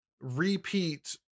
repeat